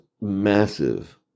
massive